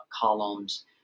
columns